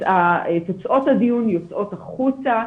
תוצאות הדיון יוצאות החוצה.